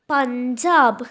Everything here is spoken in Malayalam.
പഞ്ചാബ്